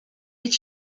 est